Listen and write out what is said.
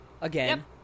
Again